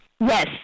Yes